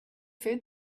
food